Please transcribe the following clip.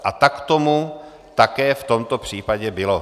A tak tomu také v tomto případě bylo.